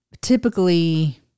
typically